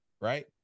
right